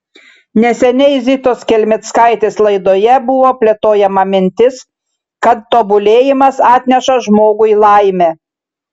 neseniai zitos kelmickaitės laidoje buvo plėtojama mintis kad tobulėjimas atneša žmogui laimę